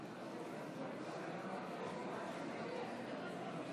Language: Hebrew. תוצאות ההצבעה: